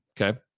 okay